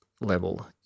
level